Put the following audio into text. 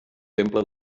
temple